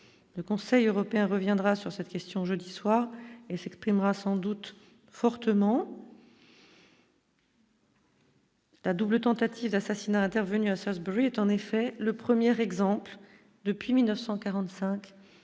le Conseil européen reviendra sur cette question jeudi soir et s'exprimera sans doute fortement. La double tentative d'assassinat intervenu à Strasbourg, il est en effet le premier example depuis 1945